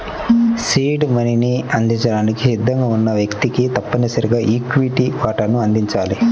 seed మనీని అందించడానికి సిద్ధంగా ఉన్న వ్యక్తికి తప్పనిసరిగా ఈక్విటీ వాటాను అందించాలి